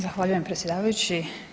Zahvaljujem predsjedavajući.